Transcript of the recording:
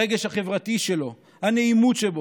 הרגש החברתי שלו, הנעימות שבו,